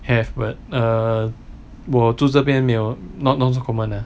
have but err 我住这边没有 not not so common ah